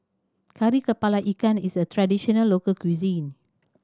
Kari Kepala Ikan is a traditional local cuisine